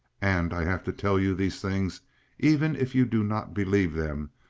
and i have to tell you these things even if you do not believe them,